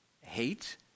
hate